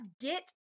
get